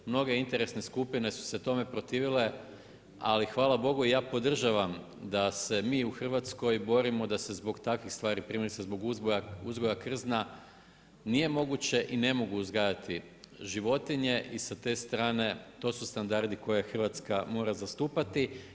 Mnoge interesne skupine su se tome protivile, ali hvala Bogu ja podržavam da se mi u Hrvatskoj borimo da se zbog takvih stvari, primjerice zbog uzgoja krzna nije moguće i ne mogu uzgajati životinje i sa te strane to su standardi koje Hrvatska mora zastupati.